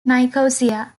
nicosia